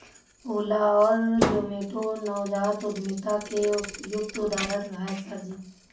ओला और जोमैटो नवजात उद्यमिता के उपयुक्त उदाहरण है सर जी